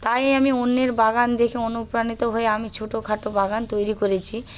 তাই আমি অন্যের বাগান দেখে অনুপ্রাণিত হয়ে আমি ছোটোখাটো বাগান তৈরি করেছি